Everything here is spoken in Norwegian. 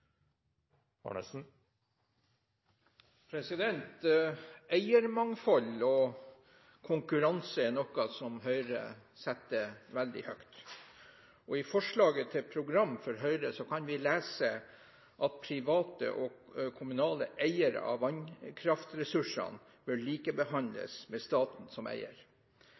replikkordskifte. Eiermangfold og konkurranse er noe som Høyre setter veldig høyt. I forslaget til program for Høyre kan vi lese at private og kommunale eiere av vannkraftressursene bør likebehandles med staten som eier.